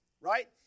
Right